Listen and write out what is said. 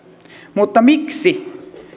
mutta miksi